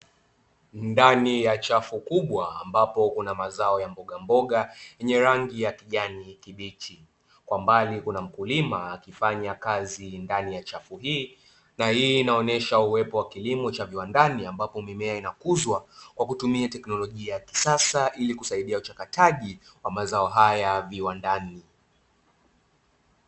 Ndani ya chafu kubwa ambapo kuna mazao ya mboga mboga yenye rangi ya kijani kibichi, kwa mbali kuna mkulima akifanya kazi ndani ya chafu hii, na hii inaonyesha kilimo cha viwandani ambapo mimea inakuzwa kwa kutumia teknolojia ya kisasa ili kusaidia uchakataji wa mazao haya viwandani.